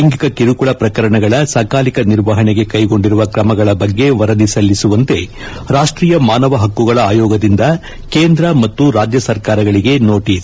ಲ್ಲಿಂಗಿಕ ಕಿರುಕುಳ ಪ್ರಕರಣಗಳ ಸಕಾಲಿಕ ನಿರ್ವಹಣೆಗೆ ಕ್ಷೆಗೊಂಡಿರುವ ಕ್ರಮಗಳ ಬಗ್ಗೆ ವರದಿ ಸಲ್ಲಿಸುವಂತೆ ರಾಷ್ಷೀಯ ಮಾನವ ಪಕ್ಕುಗಳ ಆಯೋಗದಿಂದ ಕೇಂದ್ರ ಮತ್ತು ರಾಜ್ಯ ಸರ್ಕಾರಗಳಿಗೆ ನೋಟಸ್